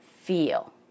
feel